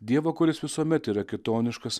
dievo kuris visuomet yra kitoniškas